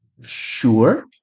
Sure